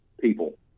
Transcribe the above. people